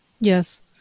Yes